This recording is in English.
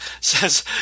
says